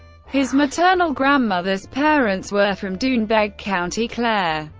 his maternal grandmother's parents were from doonbeg, county clare.